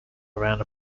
around